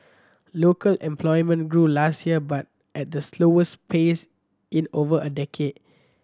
local employment grew last year but at the slowest pace in over a decade